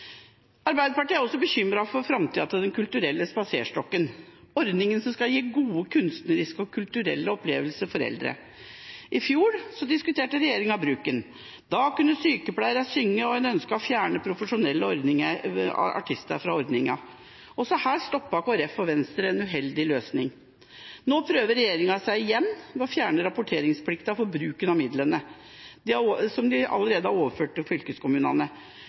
Arbeiderpartiet er også bekymret for framtida til Den kulturelle spaserstokken – ordninga som skal gi gode kunstneriske og kulturelle opplevelser for eldre. I fjor diskuterte regjeringa bruken. Da kunne sykepleierne synge, og en ønsket å fjerne profesjonelle artister fra ordninga. Også her stoppet Kristelig Folkeparti og Venstre en uheldig løsning. Nå prøver regjeringa seg igjen ved å fjerne rapporteringsplikten for bruken av midlene, som de allerede har overført til fylkeskommunene.